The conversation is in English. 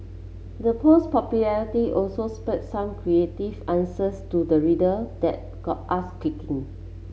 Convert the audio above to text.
the post popularity also spawned some creative answers to the riddle that got us